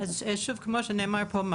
אז שוב כמו שנאמר פה,